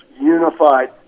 unified